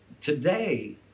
today